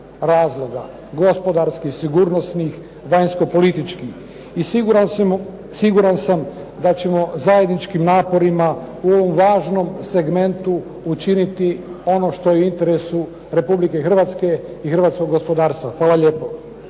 razloga, gospodarskih, sigurnosnih, vanjskopolitičkih. I siguran sam da ćemo zajedničkim naporima u ovom važnom segmentu učiniti ono što je u interesu Republike Hrvatske i hrvatskog gospodarstva. Hvala lijepo.